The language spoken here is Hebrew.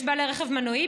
יש בעלי רכב מנועי,